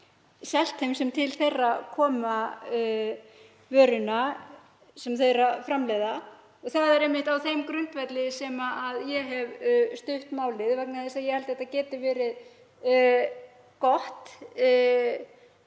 selt þeim sem til þeirra koma vöruna sem þau framleiða. Það er einmitt á þeim grundvelli sem ég hef stutt málið vegna þess að ég held að það geti verið gott